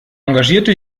engagierte